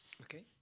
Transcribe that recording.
Okay